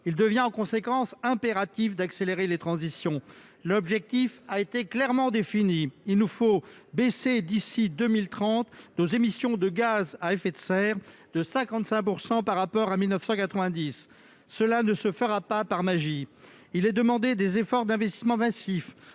Il devient, en conséquence, impératif d'accélérer les transitions. L'objectif a été clairement défini : il nous faut baisser d'ici à 2030 nos émissions de gaz à effet de serre de 55 % par rapport à 1990. Cela ne se fera pas par magie. Il est demandé des efforts d'investissements massifs